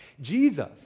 Jesus